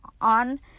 on